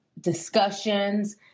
discussions